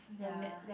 ya